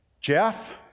Jeff